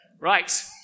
Right